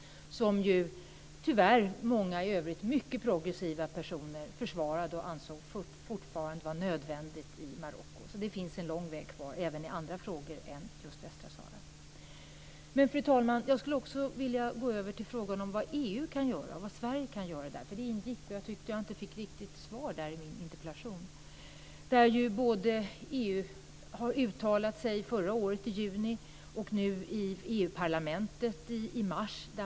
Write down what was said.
Tyvärr var det många i övrigt mycket progressiva personer som försvarade det och som ansåg det fortfarande vara nödvändigt i Marocko, så det finns en lång väg kvar även i andra frågor än just Västsahara. Fru talman! Jag skulle också vilja gå över till frågan om vad EU och Sverige kan göra. Det ingick, men jag tyckte inte att jag riktigt fick svar på frågan i min interpellation. EU har uttalat sig både förra året i juni och nu i EU-parlamentet i mars.